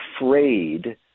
afraid